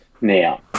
Now